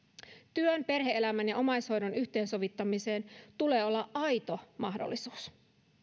työn perhe elämän ja omaishoidon yhteensovittamiseen tulee olla aito mahdollisuus